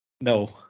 No